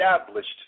established